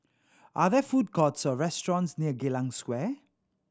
are there food courts or restaurants near Geylang Square